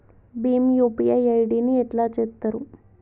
Bhim UPI ID ని ఎట్లా చేత్తరు?